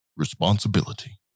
Responsibility